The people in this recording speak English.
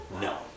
no